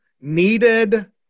needed